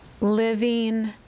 living